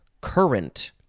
current